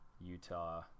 utah